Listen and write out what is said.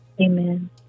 Amen